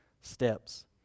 steps